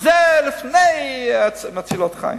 שזה לפני תרופות מצילות חיים.